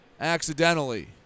accidentally